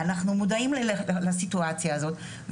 אנחנו מודעים לסיטואציה הזאת,